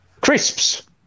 Crisps